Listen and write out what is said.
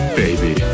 baby